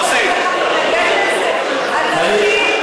בואי לפה.